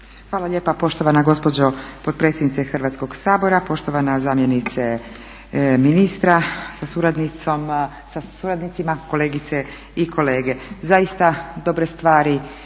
Hvala lijepa poštovana gospođo potpredsjednice Hrvatskog sabora, poštovana zamjenice ministra sa suradnicima, kolegice i kolege. Zaista dobre stvari